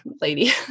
lady